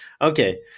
Okay